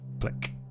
Click